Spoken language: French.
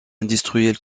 industriel